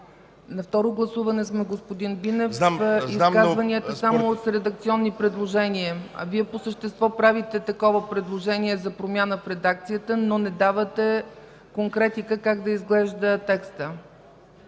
На второ гласуване сме, господин Бинев – изказванията са само по редакционни предложения, а Вие по същество правите такова предложение за промяна в редакцията, но не давате конкретика как да изглежда текста.